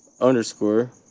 underscore